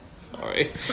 Sorry